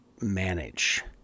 manage